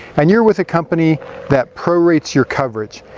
and you're with a company that prorates your coverage.